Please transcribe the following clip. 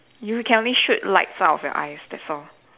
you can only shoot lights out of your eyes that's all